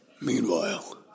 Meanwhile